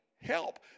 Help